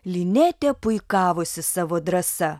linetė puikavosi savo drąsa